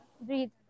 breathe